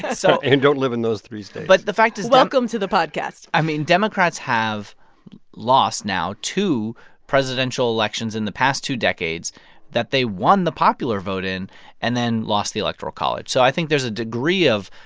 yeah so and don't live in those three states but the fact is. welcome to the podcast i mean, democrats have lost now two presidential elections in the past two decades that they won the popular vote in and then lost the electoral college. so i think there's a degree of,